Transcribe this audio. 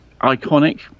iconic